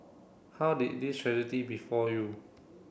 how did this tragedy befall you